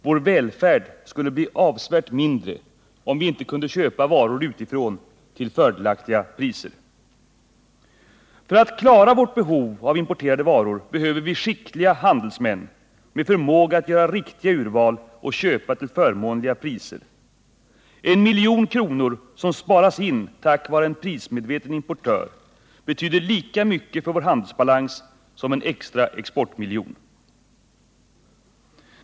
Vår välfärd skulle bli avsevärt mindre om vi inte kunde köpa varor utifrån till fördelaktiga priser. För att klara vårt behov av importerade varor behöver vi skickliga handelsmän med förmåga att göra riktiga urval och köpa till förmånliga priser. En miljon kronor som sparas in tack vare en prismedveten importör betyder lika mycket för vår handelsbalans som en extra exportmiljon.